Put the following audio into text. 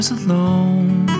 alone